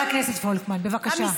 חבר הכנסת פולקמן, בבקשה.